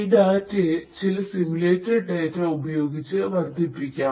ഈ ഡാറ്റയെ ചില സിമുലേറ്റഡ് ഡാറ്റ ഉപയോഗിച്ച വർദ്ധിപ്പിക്കാം